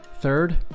Third